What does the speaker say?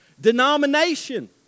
Denomination